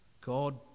God